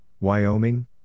Wyoming